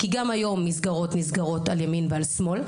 כי גם היום מסגרות נסגרות על ימין ועל שמאל.